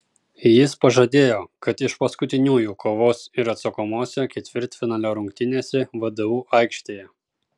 jis pažadėjo kad iš paskutiniųjų kovos ir atsakomose ketvirtfinalio rungtynėse vdu aikštėje